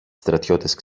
στρατιώτες